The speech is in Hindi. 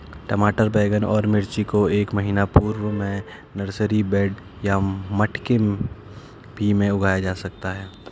टमाटर बैगन और मिर्ची को एक महीना पूर्व में नर्सरी बेड या मटके भी में उगाया जा सकता है